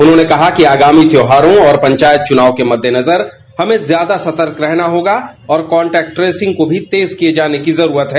उन्होंने कहा कि आगामी त्योहारों और पंचायत च्रनाव के मद्देनजर हमें ज्यादा सतर्क रहना होगा और कांटेक्ट ट्रेसिंग को भी तेज किए जाने की जरूरत है